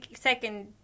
second